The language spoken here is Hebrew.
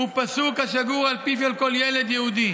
הוא פסוק השגור על פיו של כל ילד יהודי.